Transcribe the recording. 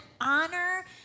honor